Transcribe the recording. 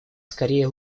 скорее